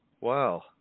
Wow